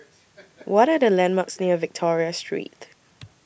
What Are The landmarks near Victoria Street